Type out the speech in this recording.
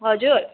हजुर